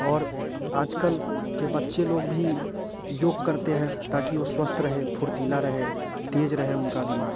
और आजकल के बच्चे लोग भी योग करते हैं ताकि वो स्वस्थ रहे फुर्तीला रहे तेज रहे उनका दिमाग